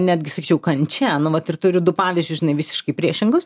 netgi sakyčiau kančia nu vat ir turiu du pavyzdžiui žinai visiškai priešingus